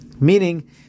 meaning